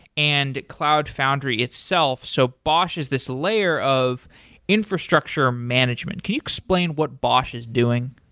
and cloud foundry itself. so bosh is this layer of infrastructure management. can you explain what bosh is doing?